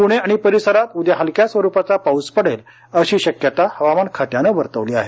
पुणे आणि परिसरात उद्या हलक्या स्वरुपाचा पाऊस पडेल अशी शक्यता हवामान खात्यानं वर्तवली आहे